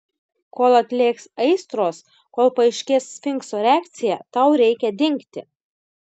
kol atlėgs aistros kol paaiškės sfinkso reakcija tau reikia dingti